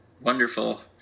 wonderful